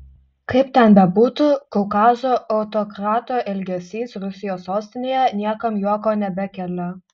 kaip ten bebūtų kaukazo autokrato elgesys rusijos sostinėje niekam juoko nebekelia